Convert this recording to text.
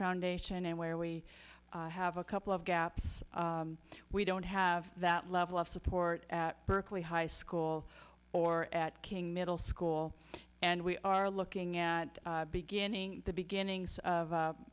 foundation and where we have a couple of gaps we don't have that level of support at berkeley high school or at king middle school and we are looking at beginning the beginnings of